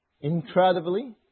incredibly